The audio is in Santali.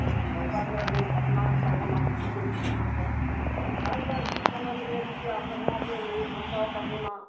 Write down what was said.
ᱚᱱᱠᱟᱜᱮ ᱞᱟᱹᱭ ᱯᱟᱥᱱᱟᱣᱮᱫ ᱛᱟᱵᱚᱱᱟ ᱵᱩᱜᱤ ᱵᱟᱹᱲᱤᱡ ᱠᱟᱛᱷᱟ ᱠᱚ ᱛᱚ ᱚᱱᱠᱟᱜᱮ ᱟᱹᱛᱩ ᱥᱚᱢᱟᱡᱽ ᱨᱮ ᱟᱯᱮ ᱦᱚᱸᱯᱮ ᱞᱟᱹᱭ ᱥᱟᱢᱴᱟᱣ ᱛᱟᱵᱚᱱᱟ